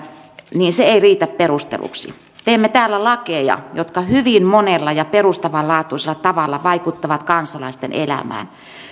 ei riitä perusteluksi teemme täällä lakeja jotka hyvin monella ja perustavanlaatuisella tavalla vaikuttavat kansalaisten elämään